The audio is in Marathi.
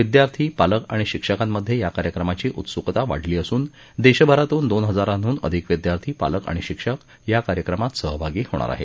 विद्यार्थी पालक आणि शिक्षकांमध्ये या कार्यक्रमाची उत्सुकता वाढली असून देशभरातून दोन हजारांहून अधिक विद्यार्थी पालक आणि शिक्षक या कार्यक्रमात सहभागी होणार आहेत